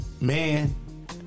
man